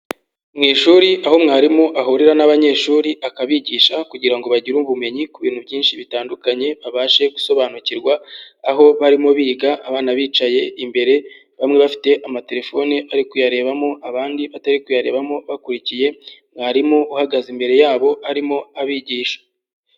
Mu ishuri aho mwarimu ahurira n'abanyeshuri akabigisha kugira ngo bagire ubumenyi ku bintu byinshi bitandukanye babashe gusobanukirwa, aho barimo biga abana bicaye imbere, bamwe bafite amatelefoni bari kuyarebamo, abandi batari kuyarebamo, bakurikiye mwarimu uhagaze imbere yabo arimo abigisha.